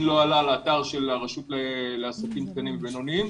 לא עלה לאתר של הרשות לעסקים קטנים ובינוניים.